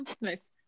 Nice